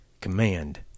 command